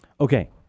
Okay